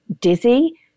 dizzy